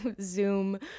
Zoom